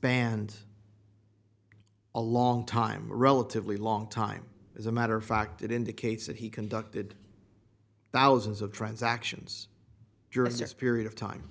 spanned a long time relatively long time as a matter of fact it indicates that he conducted thousands of transactions duras this period of time